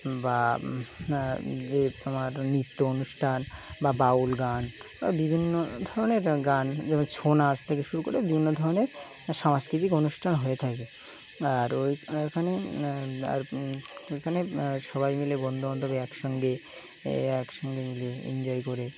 বা যে আমার নিত্য অনুষ্ঠান বা বাউল গান বা বিভিন্ন ধরনের গান যেমন ছৌ না আচ থেকে শুরু করে বিভিন্ন ধরনের সাংস্কৃতিক অনুষ্ঠান হয়ে থাকে আর ওই এখানে আর এখানে সবাই মিলে বন্ধু বান্ধব একসঙ্গে একসঙ্গে মিলে এনজয় করে